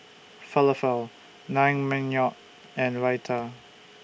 Falafel Naengmyeon and Raita